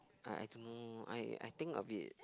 I I don't know I I think a bit